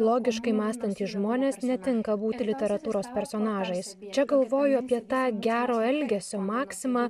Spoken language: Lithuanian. logiškai mąstantys žmonės netinka būti literatūros personažais čia galvoju apie tą gero elgesio maksimą